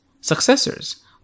successors